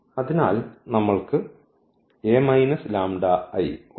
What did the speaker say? അതിനാൽ നമ്മൾക്ക് ഉണ്ട്